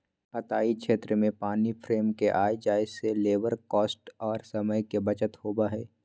कताई क्षेत्र में पानी फ्रेम के आय जाय से लेबर कॉस्ट आर समय के बचत होबय हय